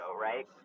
right